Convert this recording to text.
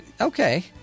Okay